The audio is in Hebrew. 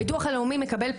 הביטוח הלאומי מקבל פנייה,